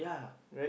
right